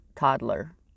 toddler